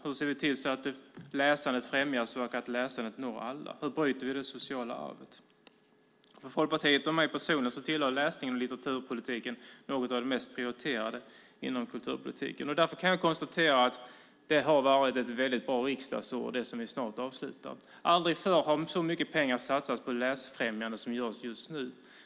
Hur ser vi till att läsandet främjas och att läsandet når alla? Hur bryter vi det sociala arvet? För Folkpartiet och mig personligen tillhör läsningen och litteraturpolitiken något av det mest prioriterade inom kulturpolitiken. Därför kan jag konstatera att det som vi snart avslutar har varit ett väldigt bra riksdagsår. Aldrig förr har så mycket pengar satsats på läsfrämjande som det görs just nu.